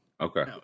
okay